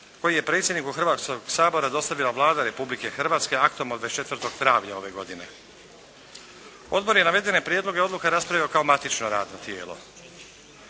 koji je predsjedniku Hrvatskoga sabora dostavila Vlada Republike Hrvatske aktom od 24. travnja ove godine. Odbor je navedene prijedloge odluka raspravio kao matično radno tijelo.